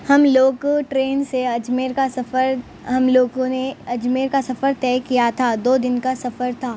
ہم لوگ ٹرین سے اجمیر کا سفر ہم لوگوں نے اجمیر کا سفر طے کیا تھا دو دن کا سفر تھا